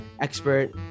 expert